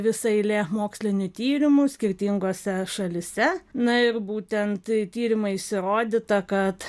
visa eilė mokslinių tyrimų skirtingose šalyse na ir būtent tyrimais įrodyta kad